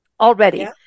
already